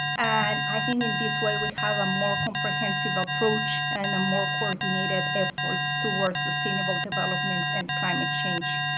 and i think, in this way, we have a more comprehensive approach and more coordinated efforts towards sustainable development and climate change